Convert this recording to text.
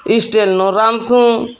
ଇଷ୍ଟେନ୍ର ରାନ୍ଧ୍ସୁଁ